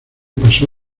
pasó